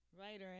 writer